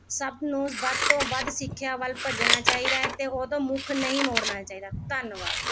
ਸਭ ਨੂੰ ਵੱਧ ਤੋਂ ਵੱਧ ਸਿੱਖਿਆ ਵੱਲ ਭੱਜਣਾ ਚਾਹੀਦਾ ਹੈ ਅਤੇ ਉਦੋਂ ਮੁੱਖ ਨਹੀਂ ਮੋੜਨਾ ਚਾਹੀਦਾ ਧੰਨਵਾਦ